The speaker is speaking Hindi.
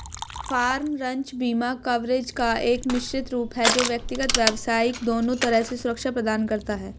फ़ार्म, रंच बीमा कवरेज का एक मिश्रित रूप है जो व्यक्तिगत, व्यावसायिक दोनों तरह से सुरक्षा प्रदान करता है